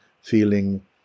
feeling